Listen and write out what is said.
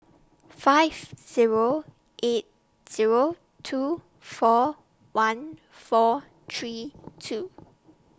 five Zero eight Zero two four one four three two